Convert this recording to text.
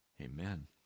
Amen